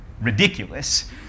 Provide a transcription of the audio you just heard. ridiculous